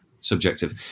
subjective